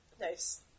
Nice